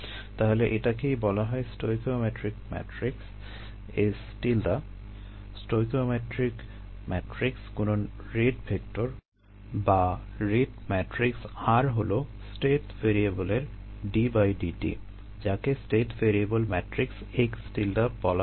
তাহলে এটাকেই বলা হয় stoichiometric matrix S stoichiometric matrix গুণন রেট ভেক্টর d dt যাকে স্টেট ভ্যারিয়েবল ম্যাট্রিক্স x বলা হয়ে থাকে